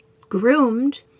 groomed